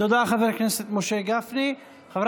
תודה, חבר